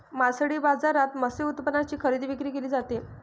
मासळी बाजारात मत्स्य उत्पादनांची खरेदी विक्री केली जाते